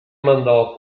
mandò